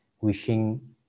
Wishing